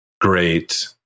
great